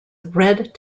red